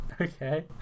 Okay